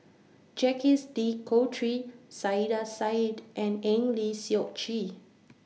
Jacques De Coutre Saiedah Said and Eng Lee Seok Chee